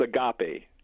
agape